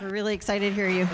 really excited here you